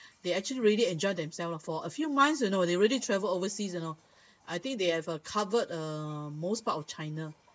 they actually really enjoyed themselves lah for a few months you know they really travel overseas you know I think they have uh covered uh most part of china